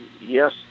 Yes